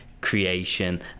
creation